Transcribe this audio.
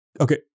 Okay